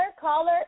Caller